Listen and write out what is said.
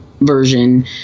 version